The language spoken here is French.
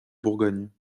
bourgogne